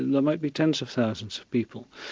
there might be tens of thousands of people.